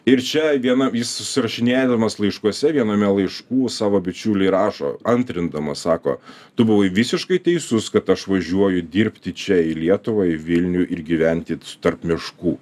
ir čia vienam jis susirašinėdamas laiškuose viename laiškų savo bičiuliui rašo antrindamas sako tu buvai visiškai teisus kad aš važiuoju dirbti čia į lietuvą į vilnių ir gyventi tarp miškų